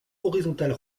horizontale